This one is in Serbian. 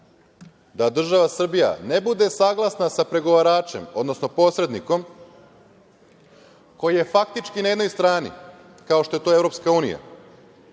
da država Srbija ne bude saglasna sa pregovaračem, odnosno posrednikom koji je faktički na jednoj strani, kao što je to EU, jer